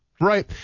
Right